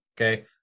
Okay